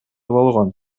болгон